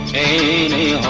a